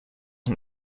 een